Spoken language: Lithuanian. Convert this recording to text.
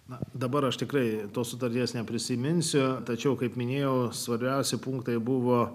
na dabar aš tikrai tos sutarties neprisiminsiu tačiau kaip minėjau svarbiausi punktai buvo